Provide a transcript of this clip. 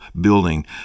building